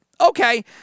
Okay